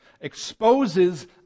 exposes